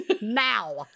now